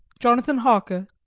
jonathan harker.